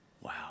Wow